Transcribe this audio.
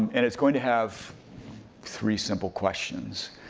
and it's going to have three simple questions,